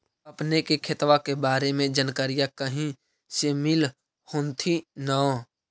अपने के खेतबा के बारे मे जनकरीया कही से मिल होथिं न?